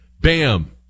bam